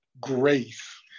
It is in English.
grace